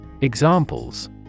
Examples